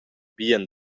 bien